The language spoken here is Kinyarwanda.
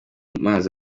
mazi